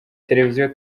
televiziyo